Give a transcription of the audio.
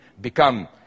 become